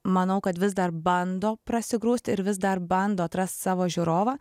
manau kad vis dar bando prasigrūst ir vis dar bando atrast savo žiūrovą